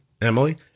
Emily